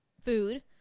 food